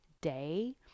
day